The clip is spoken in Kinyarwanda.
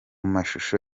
mashusho